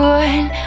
one